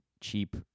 cheap